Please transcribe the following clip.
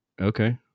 Okay